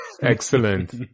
Excellent